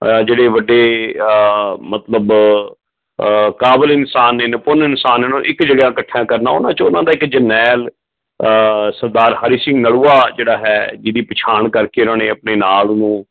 ਜਿਹੜੇ ਵੱਡੇ ਮਤਲਬ ਕਾਬਲ ਇਨਸਾਨ ਨੇ ਨਪੁੰਨ ਇਨਸਾਨ ਉਹਨਾ ਨੂੰ ਇੱਕ ਜਗ੍ਹਾ ਇਕੱਠਿਆ ਕਰਨਾ ਉਹਨਾਂ 'ਚ ਉਹਨਾਂ ਦਾ ਇੱਕ ਜਰਨੈਲ ਸਰਦਾਰ ਹਰੀ ਸਿੰਘ ਨਲੂਆ ਜਿਹੜਾ ਹੈ ਜਿਹਦੀ ਪਛਾਣ ਕਰਕੇ ਉਹਨਾਂ ਨੇ ਆਪਣੇ ਨਾਲ ਉਹਨੂੰ